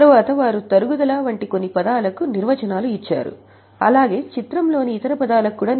తరువాత వారు తరుగుదల వంటి కొన్ని పదాలకు నిర్వచనాలు ఇచ్చారు అలాగే చిత్రంలోని ఇతర పదాలకు కూడా